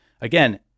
again